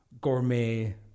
gourmet